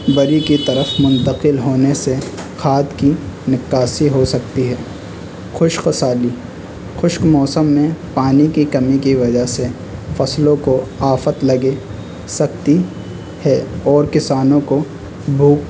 بری کی طرف منتقل ہونے سے کھاد کی نکاسی ہو سکتی ہے خشک سالی خشک موسم میں پانی کی کمی کی وجہ سے فصلوں کو آفت لگے سکتی ہے اور کسانوں کو بھوک